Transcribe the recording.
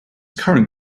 current